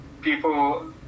people